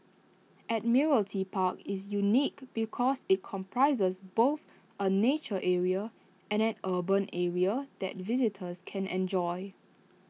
Admiralty Park is unique because IT comprises both A nature area and an urban area that visitors can enjoy